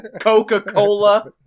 Coca-Cola